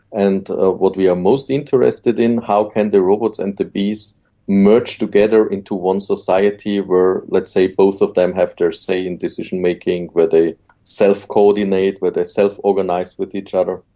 and ah what we are most interested in how can the robots and the bees merge together into one society where, let's say, both of them have their say in decision-making, where they self-coordinate, where they self-organise with each other.